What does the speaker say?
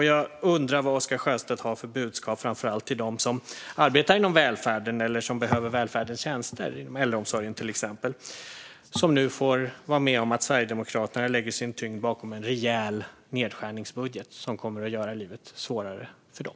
Jag undrar vad Oscar Sjöstedt har för budskap till dem som arbetar inom välfärden eller som behöver välfärdens tjänster, till exempel inom äldreomsorgen, som nu får vara med om att Sverigedemokraterna lägger sin tyngd bakom en rejäl nedskärningsbudget som kommer att göra livet svårare för dem.